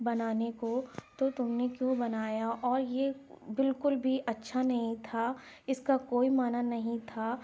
بنانے کو تو تم نے کیوں بنایا اور یہ بالکل بھی اچھا نہیں تھا اس کا کوئی معنی نہیں تھا